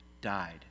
died